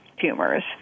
tumors